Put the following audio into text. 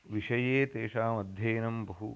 विषये तेषामध्ययनं बहु